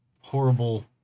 horrible